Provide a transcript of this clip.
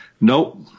Nope